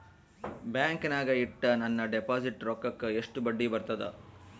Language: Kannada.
ಬ್ಯಾಂಕಿನಾಗ ಇಟ್ಟ ನನ್ನ ಡಿಪಾಸಿಟ್ ರೊಕ್ಕಕ್ಕ ಎಷ್ಟು ಬಡ್ಡಿ ಬರ್ತದ?